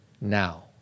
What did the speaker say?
Now